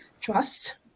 trust